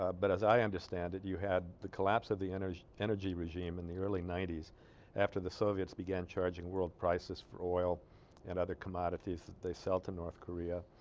but as i understand it you had the collapse of the energy energy regime in the early nineties after the soviets began charging world prices for oil and other commodities they sell to north korea ah.